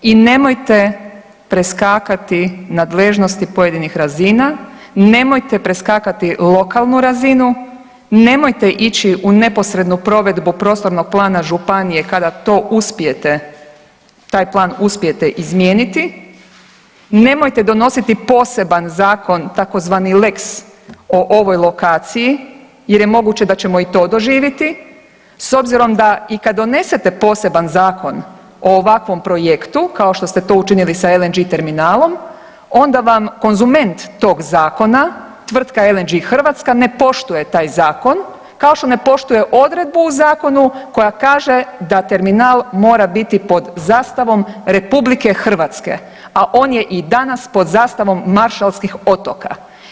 I nemojte preskakati nadležnosti pojedinih razina, nemojte preskakati lokalnu razinu, nemojte ići u neposrednu provedbu prostornog plana županije kada to uspijete, taj plan uspijete izmijeniti, nemojte donositi poseban zakon tzv. lex o ovoj lokaciji jer je moguće da ćemo i to doživjeti, s obzirom da i kad donesete poseban zakon o ovakvom projektu, kao što ste to učinili sa LNG terminalom onda vam konzument tog zakona tvrtka LNG Hrvatska ne poštuje taj zakon kao što ne poštuje odredbu u zakonu koja kaže da terminal mora biti pod zastavom RH, a on je i danas pod zastavom Maršalskih otoka.